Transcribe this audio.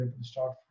start